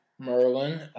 Merlin